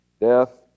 death